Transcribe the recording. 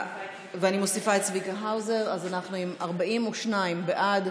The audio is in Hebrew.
אני מוסיפה את צביקה האוזר, אז אנחנו עם 42 בעד,